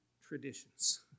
traditions